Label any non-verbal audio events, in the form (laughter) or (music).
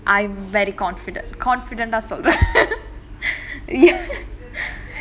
I'm very confident confident ah சொல்றேன்:solraen super (laughs) ye~ (laughs)